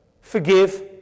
Forgive